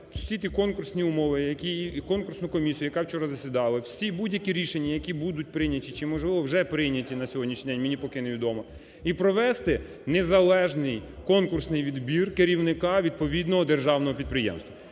всі ті конкурсні умови і конкурсну комісію, яка вчора засідала, всі будь-які рішення, які будуть прийняті чи, можливо, вже прийняті на сьогоднішній день, мені поки не відомо, і провести незалежний конкурсний відбір керівника відповідного державного підприємства.